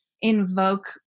invoke